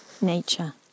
nature